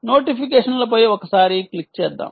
నోటిఫికేషన్లపై ఒకసారి క్లిక్ చేద్దాము